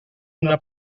una